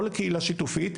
לא לקהילה שיתופית,